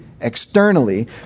Externally